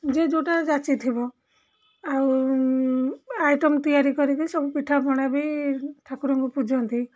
ଯିଏ ଯେଉଁଟା ଜାଚିଥିବ ଆଉ ଆଇଟମ୍ ତିଆରି କରିକି ସବୁ ପିଠାପଣା ବି ଠାକୁରଙ୍କୁ ପୂଜନ୍ତି